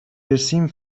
رسیم